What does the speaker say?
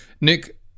Nick